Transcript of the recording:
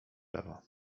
lewo